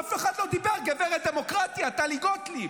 אף אחד לא דיבר, גברת דמוקרטיה, טלי גוטליב.